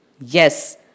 Yes